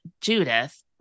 Judith